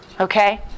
Okay